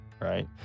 right